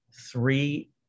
three